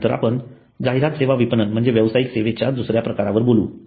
यानंतर आपण जाहिरात सेवा विपणन म्हणजे व्यावसायिक सेवांच्या दुसर्या प्रकारावर बोलू